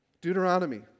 Deuteronomy